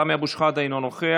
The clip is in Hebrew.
סמי אבו שחאדה, אינו נוכח,